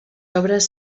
obres